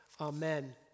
Amen